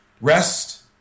rest